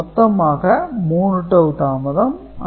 மொத்தமாக 3 டவூ தாமதம் ஆகிறது